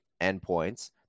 endpoints